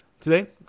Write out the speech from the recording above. today